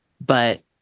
but-